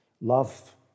Love